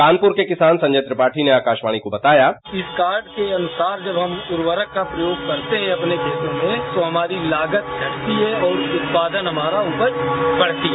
कानपुर के किसान संजय त्रिपाठी ने आकाशवाणी को बताया इस कार्ड के अनुसार जब हम उर्वरक का प्रयोग करते हैं अपने खेतों में तो हमारी लागत घटती है और उत्पादन हमारा उपज बढ़ती है